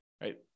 right